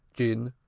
gin,